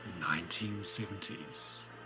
1970s